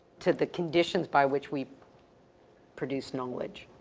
to the conditions by which we produce knowledge.